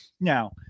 Now